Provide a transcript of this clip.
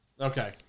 Okay